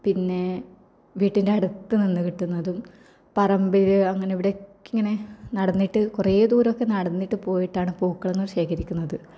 പിന്നെ വീട്ടിൻ്റെ അടുത്ത് നിന്ന് കിട്ടുന്നതും പറമ്പിൽ അങ്ങനെ ഇവിടെയൊക്കെ ഇങ്ങനെ നടന്നിട്ട് കുറേ ദൂരം ഒക്കെ നടന്നിട്ട് പോയിട്ടാണ് പൂക്കളൊന്നും ശേഖരിക്കുന്നത്